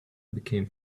became